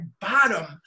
bottom